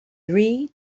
three